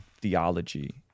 theology